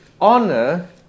honor